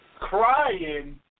Crying